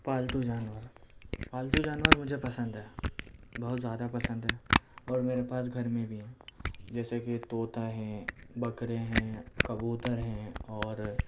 پالتو جانور پالتو جانور مجھے پسند ہیں بہت زیادہ پسند ہیں اور میرے پاس گھر میں بھی ہیں جیسے کہ طوطا ہیں بکرے ہیں کبوتر ہیں اور